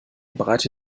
breite